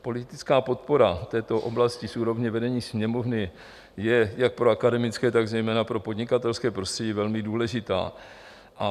Politická podpora této oblasti s úrovní vedení Sněmovny je jak pro akademické, tak zejména pro podnikatelské prostředí velmi důležitá.